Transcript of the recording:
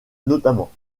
notamment